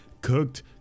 cooked